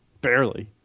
Barely